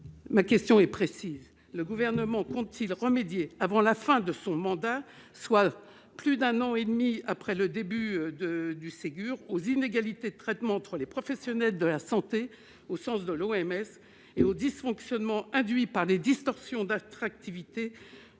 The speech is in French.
la ministre : le Gouvernement compte-t-il remédier avant la fin de son mandat, soit plus d'un an et demi après le début du Ségur, aux inégalités de traitement entre les professionnels de la santé, au sens de l'OMS, ainsi qu'aux dysfonctionnements induits par les distorsions d'attractivité